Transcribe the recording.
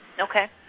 Okay